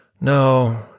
No